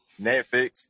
Netflix